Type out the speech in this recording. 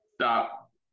Stop